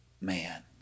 man